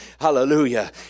hallelujah